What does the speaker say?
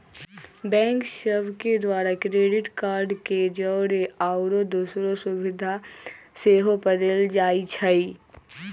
bank सभ के द्वारा क्रेडिट कार्ड के जौरे आउरो दोसरो सुभिधा सेहो पदेल जाइ छइ